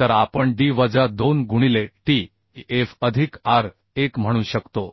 तर आपण d वजा 2 गुणिले t f अधिक r 1 म्हणू शकतो